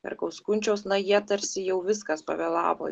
herkaus kunčiaus na jie tarsi jau viskas pavėlavo